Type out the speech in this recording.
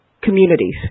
communities